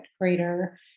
greater